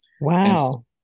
Wow